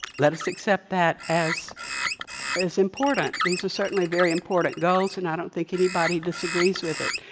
let us accept that as as important. these are certainly very important goals and i don't think anybody disagrees with it.